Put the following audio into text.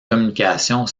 communication